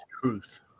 truth